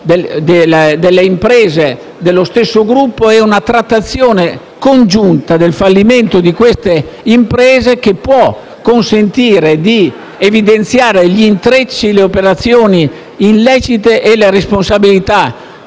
delle imprese dello stesso gruppo e una trattazione congiunta del loro fallimento può consentire di evidenziare gli intrecci, le operazioni illecite e le responsabilità